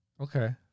Okay